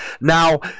Now